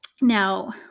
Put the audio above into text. Now